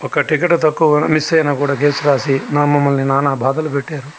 ఒక టికెట్ తక్కువ కానీ మిస్ అయినా కూడ కేస్ రాసి మమ్మల్ని నానా బాధలు పెట్టారు